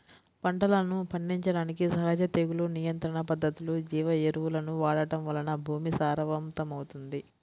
పంటలను పండించడానికి సహజ తెగులు నియంత్రణ పద్ధతులు, జీవ ఎరువులను వాడటం వలన భూమి సారవంతమవుతుంది